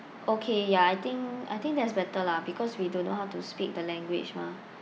okay ya I think I think that's better lah because we don't know how to speak the language mah